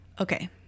Okay